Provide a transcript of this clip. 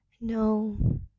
no